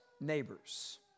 neighbors